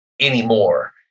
anymore